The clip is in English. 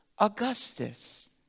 Augustus